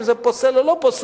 אם זה פוסל או לא פוסל,